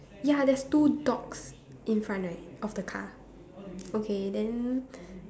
ya there's two dogs in front right of the car okay then